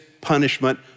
punishment